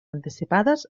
anticipades